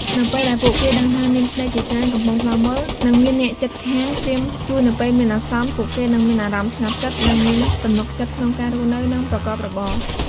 នៅពេលដែលពួកគេដឹងថា មានភ្នែកជាច្រើនកំពុងឃ្លាំមើល និងមានអ្នកជិតខាងត្រៀមជួយនៅពេលមានអាសន្ន ពួកគេនឹងមានអារម្មណ៍ស្ងប់ចិត្ត និងមានទំនុកចិត្តក្នុងការរស់នៅ និងប្រកបរបរ។